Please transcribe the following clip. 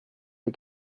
der